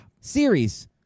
Series